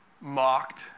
mocked